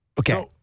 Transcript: Okay